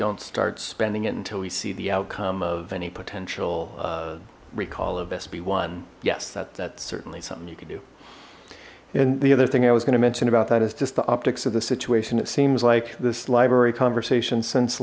don't start spending it until we see the outcome of any potential recall of sb one yes that that's certainly something you can do and the other thing i was going to mention about that is just the optics of the situation it seems like this library conversation since